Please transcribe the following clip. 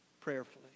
prayerfully